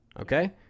okay